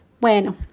Bueno